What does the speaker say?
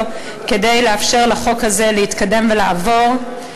כדי לאפשר לחוק הזה להתקדם ולעבור.